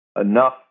enough